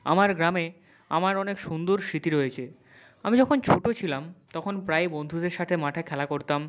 আমার গ্রামে আমার অনেক সুন্দর স্মৃতি রয়েছে আমি যখন ছোটো ছিলাম তখন প্রায় বন্ধুদের সাতে মাঠে খেলা করতাম